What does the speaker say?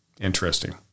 Interesting